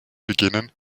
beginnen